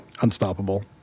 Unstoppable